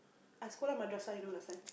I screw up madrasah you know last time